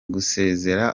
gusezera